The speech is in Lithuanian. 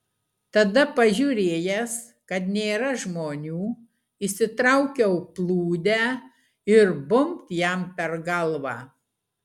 tada pažiūrėjęs kad nėra žmonių išsitraukiau plūdę ir bumbt jam per galvą